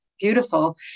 beautiful